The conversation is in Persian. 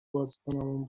بازیکنامون